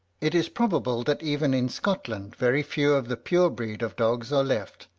it is probable that even in scotland very few of the pure breed of dogs are left,